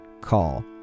call